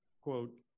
quote